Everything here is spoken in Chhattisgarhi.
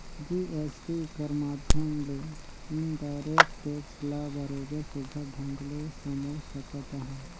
जी.एस.टी कर माध्यम ले इनडायरेक्ट टेक्स ल बरोबेर सुग्घर ढंग ले समुझ सकत अहन